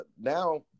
now